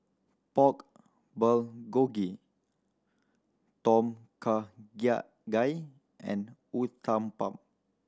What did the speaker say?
Pork Bulgogi Tom Kha Gai and Uthapam